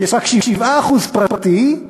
יש רק 7% פרטי,